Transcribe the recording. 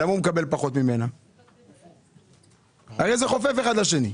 הרי זה חופף אחד לשני.